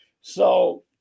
So-